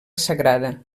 sagrada